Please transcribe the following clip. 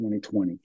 2020